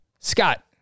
Scott